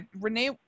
renee